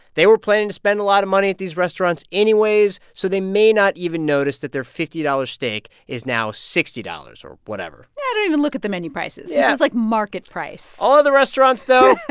they were planning to spend a lot of money at these restaurants anyways, so they may not even notice that their fifty dollars steak is now sixty dollars or whatever yeah don't even look at the menu prices yeah this is, like, market price all other restaurants, though.